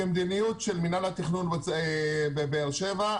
כמדיניות של מנהל התכנון בבאר שבע,